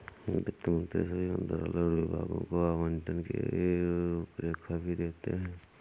वित्त मंत्री सभी मंत्रालयों और विभागों को आवंटन की रूपरेखा भी देते हैं